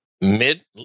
Mid